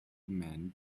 men